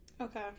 Okay